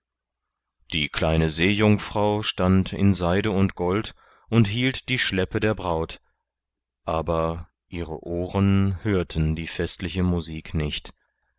die kleine seejungfrau stand in seide und gold und hielt die schleppe der braut aber ihre ohren hörten die festliche musik nicht